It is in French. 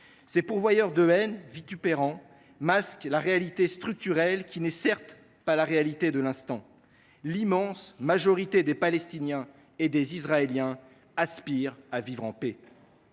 ces pourvoyeurs de haine masquent la réalité structurelle, qui n’est certes pas celle de l’instant : l’immense majorité des Palestiniens et des Israéliens aspirent à vivre en paix.